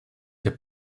der